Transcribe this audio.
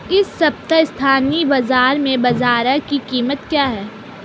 इस सप्ताह स्थानीय बाज़ार में बाजरा की कीमत क्या है?